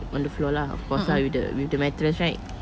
on the floor lah of course lah with the with the mattress right